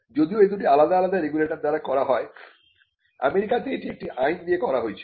যদিও এ দুটি আলাদা আলাদা রেগুলেটর দ্বারা করা হয় আমেরিকাতে এটি একটি আইন দিয়ে করা হয়েছিল